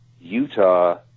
Utah